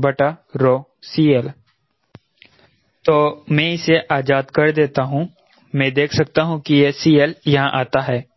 W2WSCL तो मैं इसे आजाद कर देता हूं मैं देख सकता हूं कि यह CL यहां आता है